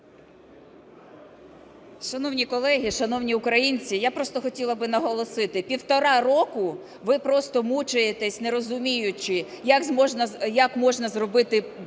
Шановні колеги, шановні українці! Я просто хотіла би наголосити, півтора року ви просто мучаєтесь, не розуміючи, як можна зробити